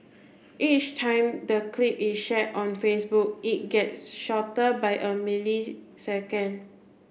each time the clip is shared on Facebook it gets shorter by a millisecond